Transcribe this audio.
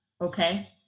okay